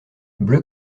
bleu